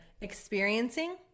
experiencing